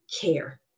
care